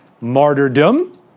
martyrdom